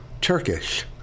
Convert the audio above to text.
Turkish